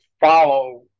follow